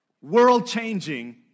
world-changing